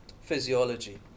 physiology